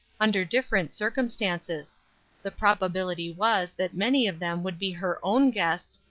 under different circumstances the probability was that many of them would be her own guests,